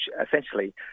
essentially